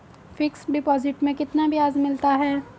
Fix deposit में कितना ब्याज मिलता है?